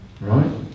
Right